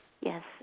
Yes